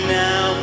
now